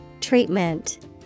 Treatment